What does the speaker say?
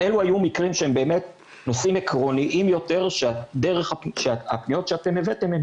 אלו היו מקרים שהם באמת נושאים עקרוניים יותר שהפניות שאתם הבאתם הן